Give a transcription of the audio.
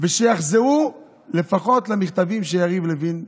ושיחזרו לפחות למכתבים שיריב לוין שולח.